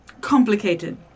complicated